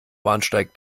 bahnsteig